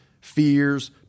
fears